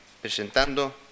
presentando